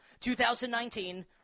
2019